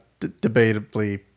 debatably